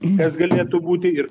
nes galėtų būti ir